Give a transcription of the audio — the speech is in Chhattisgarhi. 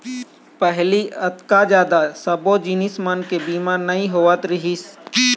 पहिली अतका जादा सब्बो जिनिस मन के बीमा नइ होवत रिहिस हवय